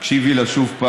תקשיבי לה שוב,